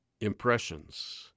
Impressions